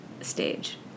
stage